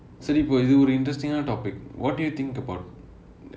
சரி இப்போ இது ஒரு:seri ippo ithu oru interesting ஆன:aana topic what do you think about